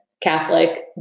catholic